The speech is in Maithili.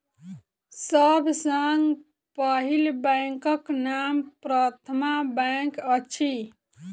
सभ सॅ पहिल बैंकक नाम प्रथमा बैंक अछि